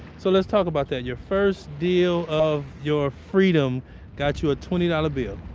so let's talk about that. your first deal of your freedom got you a twenty dollar bill